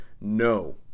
no